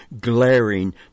glaring